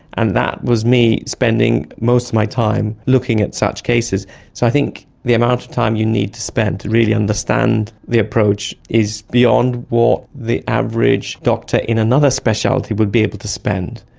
and that was me spending most of my time looking at such cases. so i think the amount of time you need to spend to really understand the approach is beyond what the average doctor in another speciality would be able to spend.